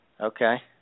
Okay